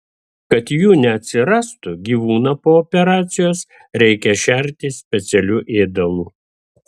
kad jų neatsirastų gyvūną po operacijos reikia šerti specialiu ėdalu